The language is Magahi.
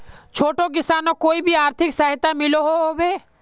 छोटो किसानोक कोई आर्थिक सहायता मिलोहो होबे?